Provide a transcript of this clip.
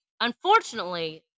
Unfortunately